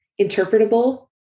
interpretable